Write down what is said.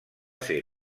ser